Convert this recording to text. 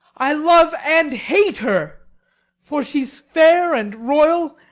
i love and hate her for she's fair and royal,